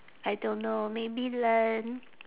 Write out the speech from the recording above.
I don't know maybe learn